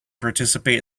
participate